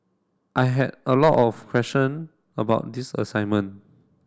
I had a lot of question about this assignment